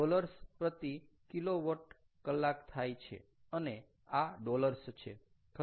આ ડોલર્સ પ્રતિ કિલોવોટ કલાક થાય છે અને આ ડોલર્સ છે ખરું ને